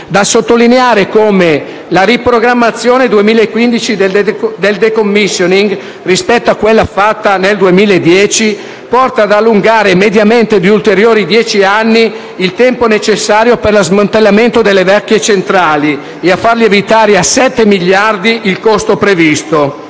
da sottolineare come la riprogrammazione 2015 del *decommissioning,* rispetto a quella fatta nel 2010, porta ad allungare mediamente di ulteriori dieci anni il tempo necessario per lo smantellamento delle vecchie centrali e a far lievitare il costo previsto